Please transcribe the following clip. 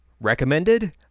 recommended